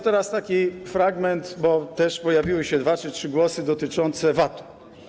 Teraz taki fragment, bo też pojawiły się dwa czy trzy głosy dotyczące VAT-u.